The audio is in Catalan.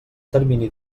termini